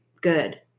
Good